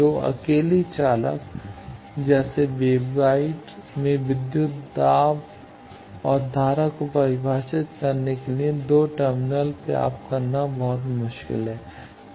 2 अकेली चालक जैसे वेवगाइड में विद्युत दाब और धारा को परिभाषित करने के लिए 2 टर्मिनल प्राप्त करना बहुत मुश्किल है